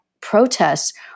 protests